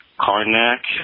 Karnak